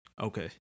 okay